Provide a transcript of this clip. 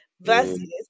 versus